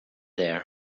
there